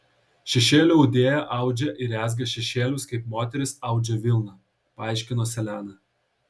šešėlių audėja audžia ir rezga šešėlius kaip moterys audžia vilną paaiškino seleną